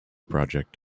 project